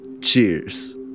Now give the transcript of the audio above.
Cheers